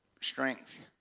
strength